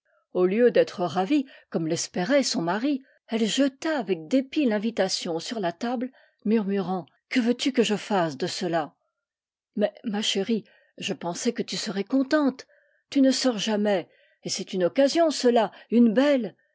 au lieu d'être ravie comme l'espérait son mari elle jeta avec dépit l'invitation sur la table murmurant que veux-tu que je fasse de cela mais ma chérie je pensais que tu serais contente tu ne sors jamais et c'est une occasion cela une belle